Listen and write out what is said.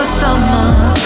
summer